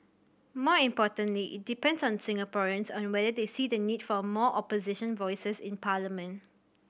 more importantly it depends on Singaporeans on whether they see the need for more Opposition voices in parliament